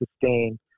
sustain